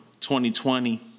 2020